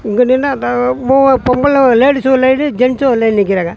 இங்கே நின்னால் தான் போ பொம்பளை லேடிஸு ஒரு லைனு ஜென்ஸு ஒரு லைன் நிற்கிறாங்க